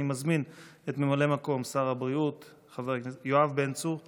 אני מזמין את ממלא מקום שר הבריאות חבר הכנסת יואב בן צור לדוכן.